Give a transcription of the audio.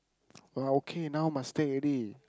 we're okay now must take already